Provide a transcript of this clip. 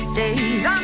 days